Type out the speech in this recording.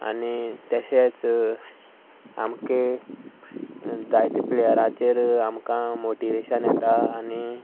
आनी तशेंच आमकां जायते प्लेयराचेर आमकां मोटिवेशन येता आनी